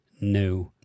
new